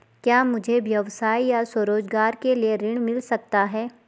क्या मुझे व्यवसाय या स्वरोज़गार के लिए ऋण मिल सकता है?